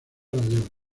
dios